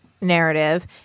narrative